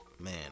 man